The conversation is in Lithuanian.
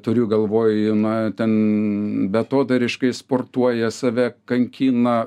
turiu galvoj na ten beatodairiškai sportuoja save kankina